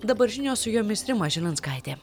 dabar žinios su jomis rima žilinskaitė